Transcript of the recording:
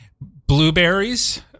Blueberries